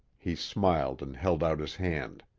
he smiled and held out his hand.